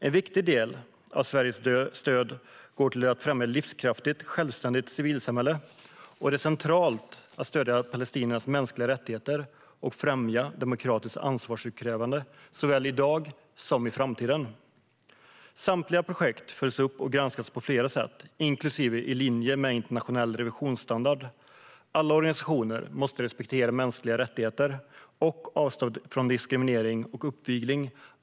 En viktig del av Sveriges stöd går till att främja ett livskraftigt och självständigt civilsamhälle. Det är centralt att stödja palestiniernas mänskliga rättigheter och främja demokratiskt ansvarsutkrävande, såväl i dag som i framtiden. Samtliga projekt följs upp och granskas på flera sätt, inklusive i linje med internationell revisionsstandard. Alla organisationer måste respektera mänskliga rättigheter och avstå från diskriminering och uppvigling.